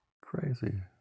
Crazy